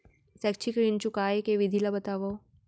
शैक्षिक ऋण चुकाए के विधि ला बतावव